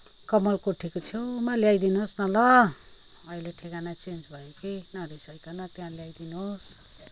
कमलकोठीको छेउमा ल्याइदिनुहोस् न ल अहिले ठेगाना चेन्ज भयो के नरिसाइकन त्यहाँ ल्याइदिनुहोस्